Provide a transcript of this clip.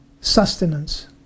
sustenance